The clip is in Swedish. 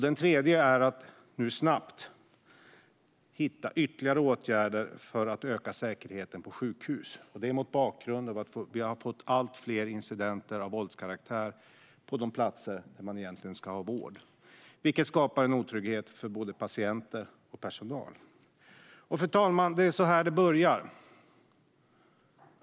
Det tredje gäller att nu snabbt hitta ytterligare åtgärder för att öka säkerheten på sjukhus. Det är mot bakgrund av att det har blivit allt fler incidenter av våldskaraktär på de platser där man egentligen ska ha vård. Det skapar en otrygghet för både patienter och personal. Fru talman! Det är så här det börjar.